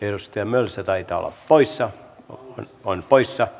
jos temmelsi taitaa olla poissa mutta on osin